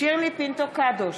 שירלי פינטו קדוש,